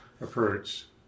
approach